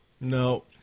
no